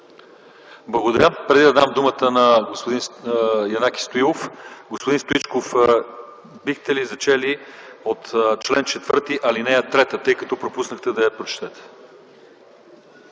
Благодаря. Преди да дам думата на господин Янаки Стоилов, господин Стоичков, бихте ли зачели ал. 3 от чл. 4, тъй като пропуснахте да я прочетете.